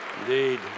Indeed